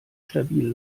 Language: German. stabil